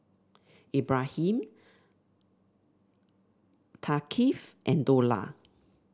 Ibrahim Thaqif and Dollah